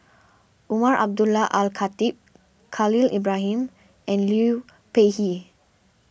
Umar Abdullah Al Khatib Khalil Ibrahim and Liu Peihe